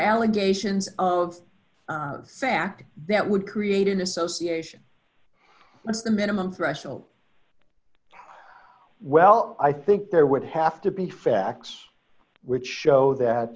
allegations of fact that would create an association with a minimum threshold well i think there would have to be facts which show that